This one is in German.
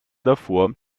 davor